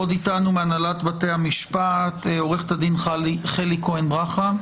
עוד איתנו מהנהלת בתי המשפט עורכת הדין חלי כהן ברכה,